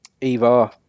Eva